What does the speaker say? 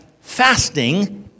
fasting